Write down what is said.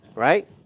Right